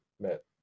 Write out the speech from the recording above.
met